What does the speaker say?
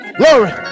glory